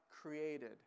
created